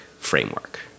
framework